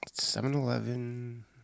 7-Eleven